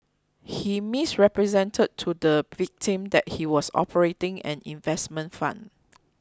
he misrepresented to the victim that he was operating an investment fund